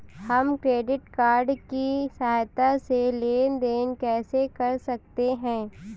हम credit card की सहायता से लेन देन कैसे कर सकते हैं?